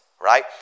right